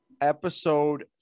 episode